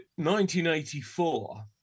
1984